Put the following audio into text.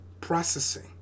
processing